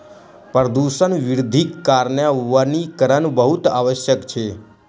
प्रदूषण वृद्धिक कारणेँ वनीकरण बहुत आवश्यक अछि